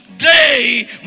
day